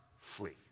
flee